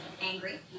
angry